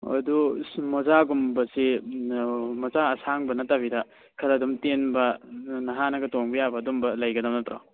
ꯑꯣ ꯑꯗꯨ ꯃꯣꯖꯥꯒꯨꯝꯕꯁꯤ ꯃꯆꯥ ꯑꯁꯥꯡꯕ ꯅꯠꯇꯕꯤꯗ ꯈꯔ ꯑꯗꯨꯝ ꯇꯦꯟꯕ ꯅꯥꯍꯥꯅꯒ ꯇꯣꯡꯕ ꯌꯥꯕ ꯑꯗꯨꯒꯨꯝꯕ ꯂꯩꯒꯗꯕ ꯅꯠꯇ꯭ꯔꯣ